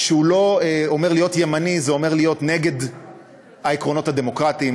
שהוא לא אומר להיות ימני זה אומר להיות נגד העקרונות הדמוקרטיים,